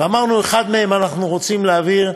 ואמרנו שאחד מהם אנחנו רוצים להעביר.